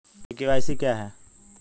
ई KYC क्या है?